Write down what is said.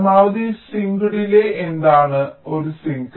പരമാവധി sync delay എന്താണ് ഒരു സിങ്ക്